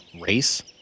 race